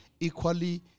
equally